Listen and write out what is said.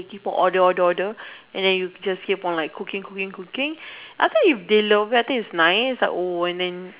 if people order order order and then you just keep on like cooking cooking cooking after they have loved you I think is nice or and then